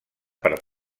per